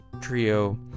Trio